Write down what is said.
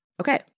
Okay